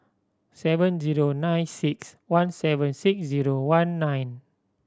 seven zero nine six one seven six zero one nine